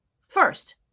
first